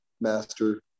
master